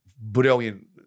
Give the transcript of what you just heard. brilliant